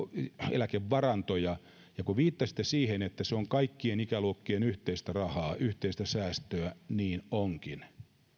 eläkevarantoja ja kun viittasitte siihen että se on kaikkien ikäluokkien yhteistä rahaa yhteistä säästöä niin se onkin